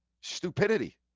Stupidity